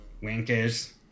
Winkers